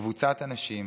קבוצת אנשים